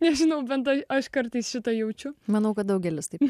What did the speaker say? ir žinau bendrai aš kartais šį tą jaučiu manau kad daugelis taip